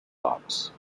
parks